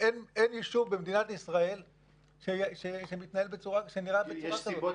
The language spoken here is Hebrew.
אין יישוב במדינת ישראל שנראה בצורה כזאת.